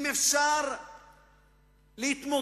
אם אפשר להתמודד